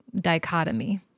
dichotomy